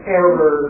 error